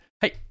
Hey